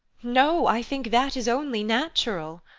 no, i think that is only natural.